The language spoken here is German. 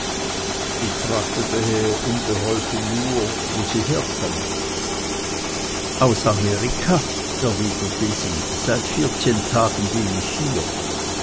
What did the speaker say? ich fragte daher unbeholfen nur wo sie herkomme aus amerika erwiderte sie seit vierzehn tagen bin ich hier